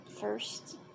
first